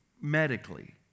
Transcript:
medically